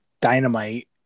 Dynamite